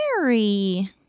Mary